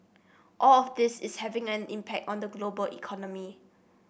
all of this is having an impact on the global economy